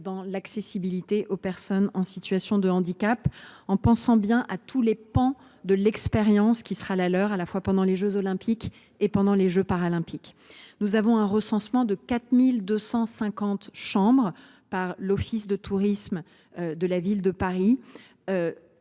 dans l’accessibilité aux personnes en situation de handicap, en pensant bien à tous les pans de l’expérience qui sera la leur, durant les jeux Olympiques comme pendant les jeux Paralympiques. Le recensement effectué par l’office de tourisme de la Ville de Paris